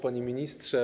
Panie Ministrze!